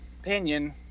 opinion